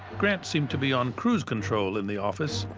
grant seemed to be on cruise control in the office.